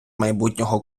майбутнього